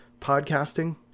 podcasting